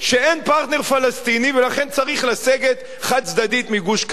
פרטנר פלסטיני ולכן צריך לסגת חד-צדדית מגוש-קטיף.